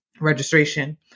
Registration